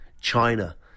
China